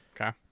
okay